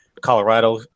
Colorado